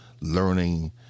learning